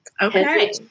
Okay